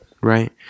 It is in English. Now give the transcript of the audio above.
right